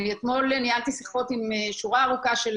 אני אתמול ניהלתי שיחות עם שורה ארוכה של